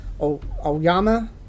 Oyama